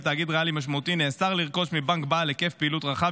על תאגיד ריאלי משמעותי נאסר לרכוש מבנק בעל היקף פעילות רחב